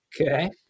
Okay